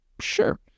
sure